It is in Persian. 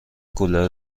کولر